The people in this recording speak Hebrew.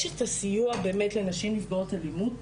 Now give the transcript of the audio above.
יש את הסיוע באמת לנשים נפגעות אלימות,